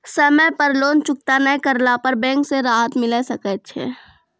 समय पर लोन चुकता नैय करला पर बैंक से राहत मिले सकय छै?